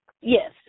Yes